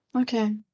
Okay